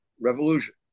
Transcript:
revolution